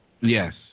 Yes